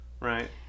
right